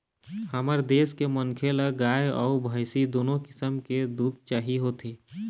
हमर देश के मनखे ल गाय अउ भइसी दुनो किसम के दूद चाही होथे